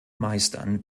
meistern